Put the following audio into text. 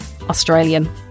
Australian